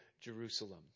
Jerusalem